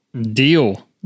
Deal